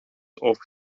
over